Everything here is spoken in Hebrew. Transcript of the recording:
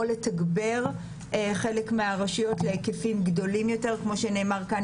או לתגבר חלק מהרשויות להיקפים גדולים יותר - כמו שנאמר כאן,